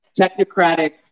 technocratic